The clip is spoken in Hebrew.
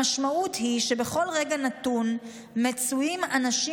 המשמעות היא שבכל רגע נתון מצויים אנשים